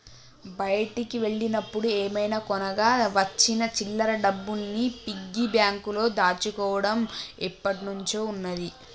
బయటికి వెళ్ళినప్పుడు ఏమైనా కొనగా వచ్చిన చిల్లర డబ్బుల్ని పిగ్గీ బ్యాంకులో దాచుకోడం ఎప్పట్నుంచో ఉన్నాది